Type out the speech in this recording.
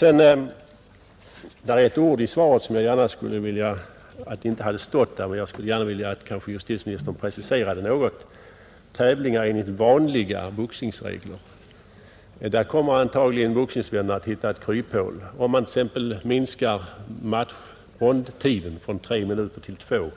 Det är ett uttryck i svaret som jag helst skulle sett att det inte stått där, men nu vill jag be justitieministern precisera det något, nämligen tävlingar enligt vanliga boxningsregler. Där kommer antagligen boxningsvännerna att hitta ett kryphål, t.ex. att minska rondtiden från tre till två minuter.